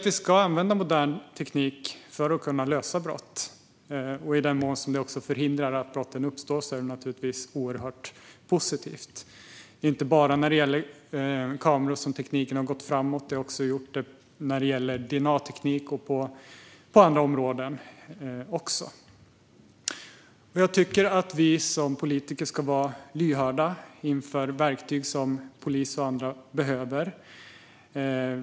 Vi ska använda modern teknik för att kunna lösa brott. I den mån det förhindrar att brotten sker är det naturligtvis oerhört positivt. Det är inte bara när det gäller kameror som tekniken har gått framåt. Den har gjort det när det gäller DNA-teknik och också på andra områden. Vi som politiker ska vara lyhörda för de verktyg som polis och andra behöver.